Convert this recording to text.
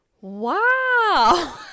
wow